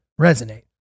resonate